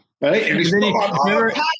Right